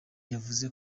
yavuze